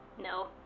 No